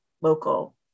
local